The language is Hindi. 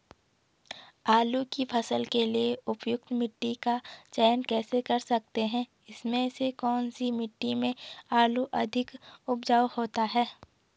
आलू की फसल के लिए उपयुक्त मिट्टी का चयन कैसे कर सकते हैं इसमें से कौन सी मिट्टी में आलू अधिक उपजाऊ होता है?